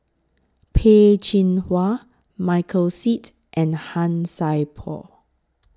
Peh Chin Hua Michael Seet and Han Sai Por